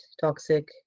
toxic